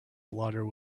blotter